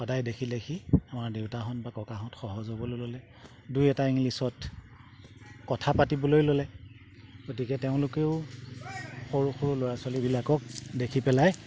সদায় দেখি দেখি আমাৰ দেউতাহঁত বা ককাহঁত সহজ হ'বলৈ ল'লে দুই এটা ইংলিছত কথা পাতিবলৈ ল'লে গতিকে তেওঁলোকেও সৰু সৰু ল'ৰা ছোৱালীবিলাকক দেখি পেলাই